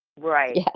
Right